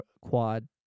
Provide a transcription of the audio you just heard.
quad